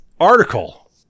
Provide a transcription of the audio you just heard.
Article